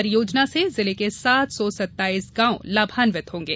परियोजना से जिले के सात सौ सत्ताईस ग्राम लाभान्वित होंगे